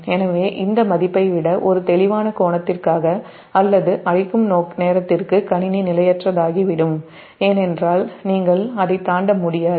எனவே இந்த மதிப்பை விட ஒரு தெளிவான கோணத்திற்காக அல்லது அழிக்கும் நேரத்திற்கு கணினி நிலையற்றதாகிவிடும் ஏனென்றால் நீங்கள் அதைத் தாண்ட முடியாது